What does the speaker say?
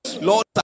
lord